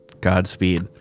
godspeed